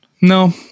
No